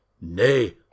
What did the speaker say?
Nay